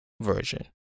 version